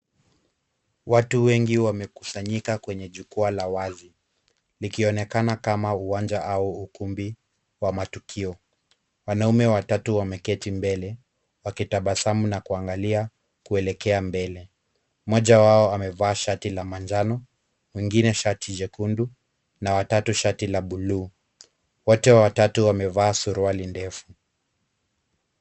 Watu wengi wamekusanyika kwenye jukwaa la wazi. Likionekana kama uwanja au ukumbi wa matukio. Wanaume watatu wameketi mbele, wakitabasamu na kuangalia kuelekea mbele. Mmoja wao amevaa shati la manjano, mwingine shati jekundu, na wa tatu shati la buluu. Wote watatu wamevaa suruali ndefu.